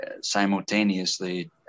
simultaneously